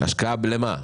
השקעה במה?